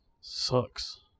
Sucks